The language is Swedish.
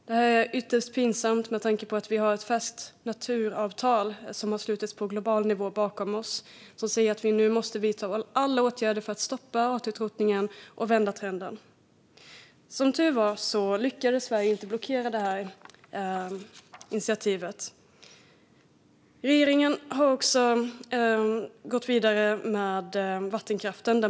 Det är ytterst pinsamt med tanke på att vi har slutit ett fast naturavtal på global nivå där det sägs att vi nu måste vidta alla åtgärder för att stoppa artutrotningen och vända trenden. Som tur var lyckades inte Sverige blockera initiativet. Regeringen har också gått vidare med vattenkraften.